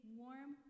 warm